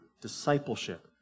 discipleship